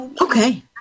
Okay